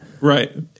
Right